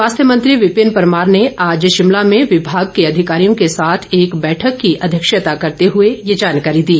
स्वास्थ्य मंत्री विपिन परमार ने आज शिमला में विभाग के अधिकारियों के साथ एक बैठक की अध्यक्षता करते हुए ये जानकारी दी